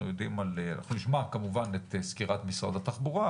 אנחנו נשמע כמובן את סקירת משרד התחבורה,